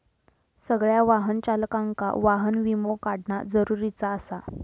सगळ्या वाहन चालकांका वाहन विमो काढणा जरुरीचा आसा